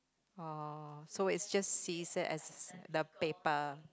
orh so it's just scissor as the paper